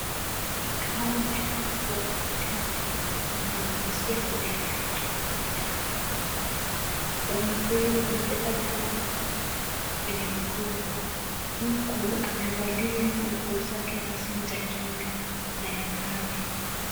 Anayeonekana kuwa mkulima ananyunyuzia mimea yake dawa. Mkulima huyu amebeba dawa kwenye mgongo huku amevalia nguo zake rasmi za kinga na ya kazi.